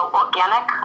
organic